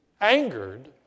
angered